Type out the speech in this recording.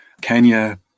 Kenya